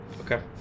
Okay